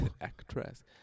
Actress